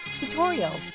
tutorials